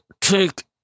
take